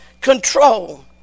control